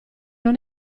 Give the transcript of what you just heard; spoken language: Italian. non